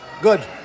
Good